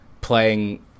playing